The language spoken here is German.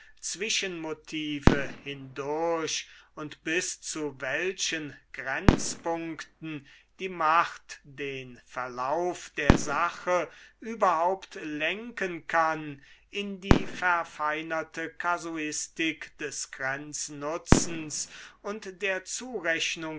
zwischenmotive hindurch und bis zu welchen grenzpunkten die macht den verlauf der sache überhaupt lenken kann in die verfeinerte kasuistik des grenznutzens und der